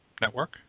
Network